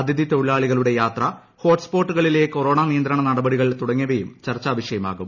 അതിഥി തൊഴിലാളികളുടെ യാത്ര ഹോട്ട്സ്പോട്ടുകളിലെ കൊറോണ നിയന്ത്രണ നടപടികൾ തുടങ്ങിയവയും ചർച്ചാ വിഷയമാകും